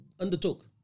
undertook